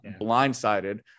blindsided